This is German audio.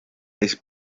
ist